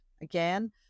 again